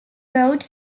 wrote